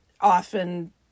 often